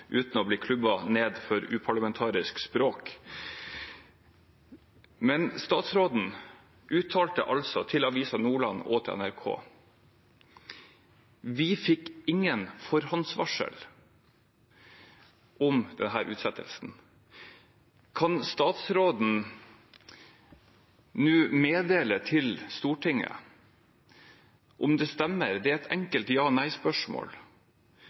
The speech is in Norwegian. uten å bli klubbet ned for uparlamentarisk språk. Men statsråden uttalte altså til Avisa Nordland og til NRK at «vi fikk ingen forhåndsvarsel» om denne utsettelsen. Kan statsråden nå meddele til Stortinget om det stemmer – det er et